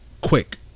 quick